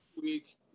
week